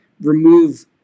remove